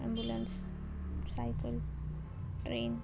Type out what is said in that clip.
ambulance cycle train